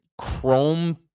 Chrome